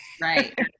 Right